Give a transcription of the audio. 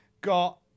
got